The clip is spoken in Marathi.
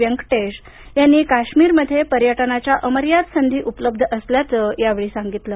व्यंकटेश यांनी काश्मीरमध्ये पर्यटनाच्या अमर्याद संधी उपलब्ध असल्याचं सांगितलं